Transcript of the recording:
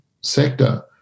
sector